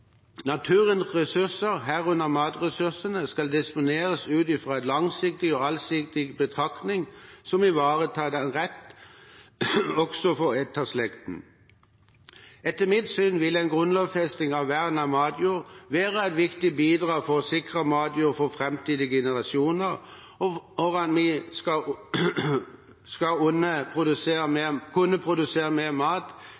ressurser, herunder matjordressurser, skal disponeres ut fra en langsiktig og allsidig betraktning som ivaretar denne rett også for etterslekten.» Etter mitt syn vil en grunnlovfesting av vern av matjorda være et viktig bidrag for å sikre matjorda for framtidas generasjoner, og for at vi skal kunne produsere